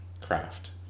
craft